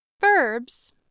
verbs